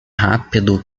rápido